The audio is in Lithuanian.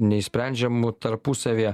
neišsprendžiamų tarpusavyje